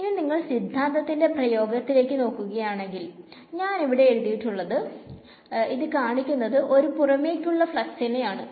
ഇനി നിങ്ങൾ സിദ്ധാന്തത്തിന്റെ പ്രയോഗത്തിലേക്ക്നോക്കുകയാണെങ്കിൽ ഞാൻ ഇവിടെ എഴുതിയിട്ടുണ്ട് ഇത് കാണിക്കുന്നത് ഒരു പുറമേക്കുള്ള ഫ്ലക്സിനെ ആണ്